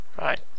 Right